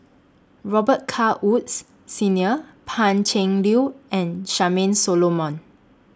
Robet Carr Woods Senior Pan Cheng Liu and Charmaine Solomon